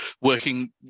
working